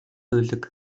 улиг